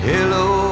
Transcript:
Hello